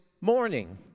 morning